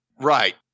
Right